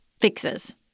fixes